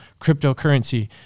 cryptocurrency